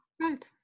Right